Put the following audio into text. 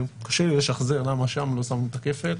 קשה לי לשחזר מדוע שם לא שמו את הכפל,